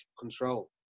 control